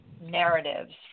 narratives